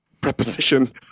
Preposition